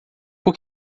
por